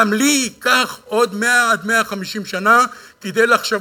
גם לי ייקח עוד 100 150 שנה כדי לחשוב